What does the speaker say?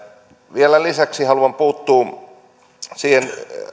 vielä lisäksi haluan puuttua siihen